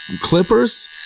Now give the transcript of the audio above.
clippers